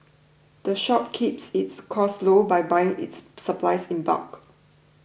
the shop keeps its costs low by buying its supplies in bulk